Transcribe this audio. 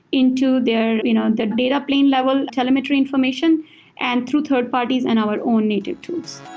into their you know their data plane level telemetry information and through third-parties and our own native tools